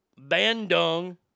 Bandung